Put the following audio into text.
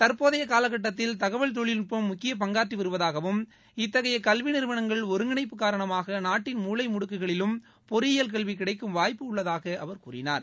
தற்போதைய காலகட்டத்தில் தகவல் தொழில்நுட்பம் முக்கிய பங்காற்றி வருவதாகவும் இத்தகைய கல்வி நிறுவனங்கள் ஒருங்கிணைப்பு காரணமாக நாட்டின் மூளைமுடுக்குகளிலும் பொறியியல் கல்வி கிடைக்கும் வாய்ப்பு உள்ளதாக அவர் கூறினார்